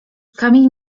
kamień